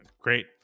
great